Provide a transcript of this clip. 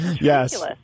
yes